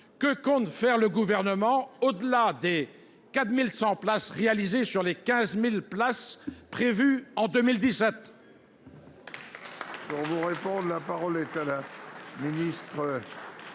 Que compte faire le Gouvernement, au delà des 4 100 nouvelles places créées sur les 15 000 places prévues en 2017 ?